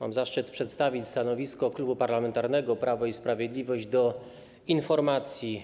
Mam zaszczyt przedstawić stanowisko Klubu Parlamentarnego Prawo i Sprawiedliwość wobec informacji